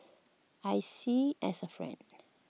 I see as A friend